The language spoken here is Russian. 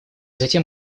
затем